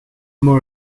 more